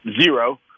zero